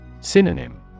Synonym